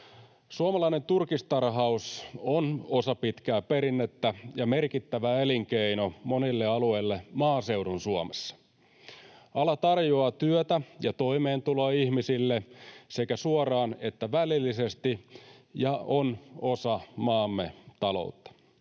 Suomalainen turkistarhaus on osa pitkää perinnettä ja merkittävä elinkeino monille alueille maaseudun Suomessa. Ala tarjoaa työtä ja toimeentuloa ihmisille sekä suoraan että välillisesti ja on osa maamme taloutta.